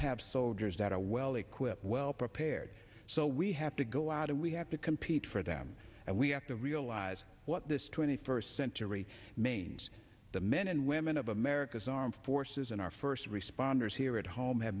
have soldiers that are well equipped well prepared so we have to go out and we have to compete for them and we have to realize what this twenty first century manes the men and women of america's armed forces and our first responders here at home have